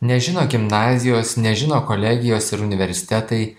nežino gimnazijos nežino kolegijos ir universitetai